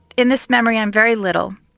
in this memory i'm very little,